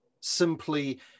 simply